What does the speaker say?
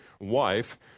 wife